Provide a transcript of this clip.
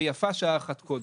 ויפה שעה אחת קודם".